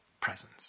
presence